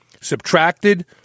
subtracted